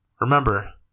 remember